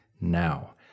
now